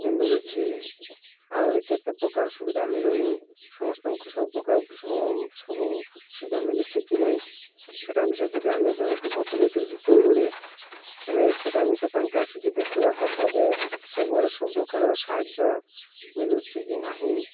ମିଳୁଛି ଆହୁରି କେତେ ପ୍ରକାର ସୁବିଧା ମିଳୁନି ସମସ୍ତଙ୍କୁ ସବୁ ପ୍ରକାର ସବୁ ସବୁ ସୁବିଧା ମିଳୁଛି କି ନାହିଁ ସେଇଟା ସେ ଯଦି ଆମେ ଜଣଙ୍କୁ ଭୋଟ୍ ଦେଇକରି ଜିତେଇବୁ ହେଲେ ସେଇଟା ବି ସେ ତାଙ୍କ ଆସିକି ଦେଖିବା କଥା ଯେ ସବୁଆଡ଼େ ସବୁପ୍ରକାର ସାହାଯ୍ୟ ମିଳୁଛି କି ନାହିଁ